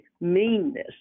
meanness